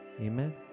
Amen